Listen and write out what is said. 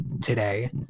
Today